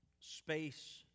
space